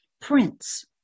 Prince